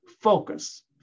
focus